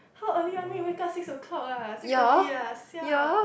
how early you want me to wake up six o-clock ah six thirty ah siao